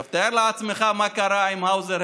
עכשיו תאר לעצמך מה קרה עם האוזר,